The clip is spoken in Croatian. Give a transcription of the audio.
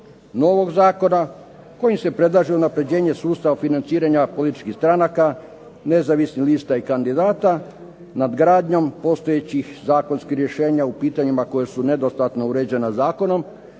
novog zakona kojim se predlaže unapređenje sustava financiranja političkih stranaka, nezavisnih lista i kandidata, nadgradnjom postojećih zakonskih rješenja u pitanjima koja su nedostatno uređena zakonom,